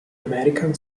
american